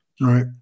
Right